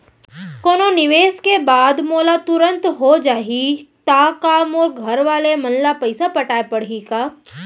कोनो निवेश के बाद मोला तुरंत हो जाही ता का मोर घरवाले मन ला पइसा पटाय पड़ही का?